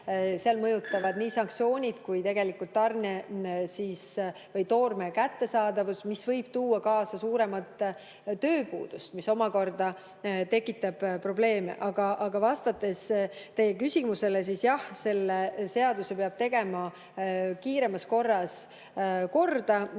Mõjutavad nii sanktsioonid kui ka toorme kättesaadavus. See võib tuua kaasa suurema tööpuuduse, mis omakorda tekitab probleeme. Aga vastates teie küsimusele, siis jah, selle seaduse peab kiiremas korras korda